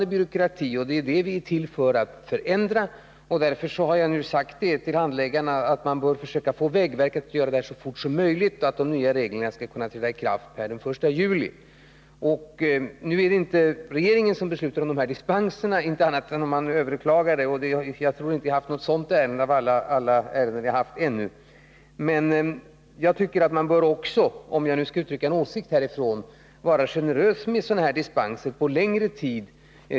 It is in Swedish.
Det är vår uppgift att förändra det förhållandet, och därför har jag sagt till handläggarna att det gäller att få vägverket att genomföra detta så snabbt som möjligt, så att de nya reglerna kan träda i kraft den 1 juli. Nu är det inte regeringen som beslutar om dessa dispenser, åtminstone inte annat än om de blir överklagade, och jag tror inte att vi ännu haft något sådant ärende bland alla dem som hittills förekommit. För att också uttrycka en åsikt vill jag dock säga att jag tycker att vägverket redan i dag skall vara generöst med dispenser för längre tid.